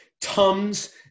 Tums